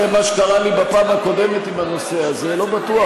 אחרי מה שקרה לי בפעם הקודמת עם הנושא הזה לא בטוח,